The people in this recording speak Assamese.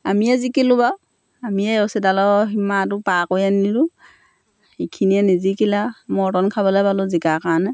আমিয়ে জিকিলোঁ বাৰু আমিয়ে ৰচীডালৰ সীমাটো পাৰ কৰি আনিলোঁ সিখিনিয়ে নিজিকিলে মৰ্টন খাবলৈ পালোঁ জিকাৰ কাৰণে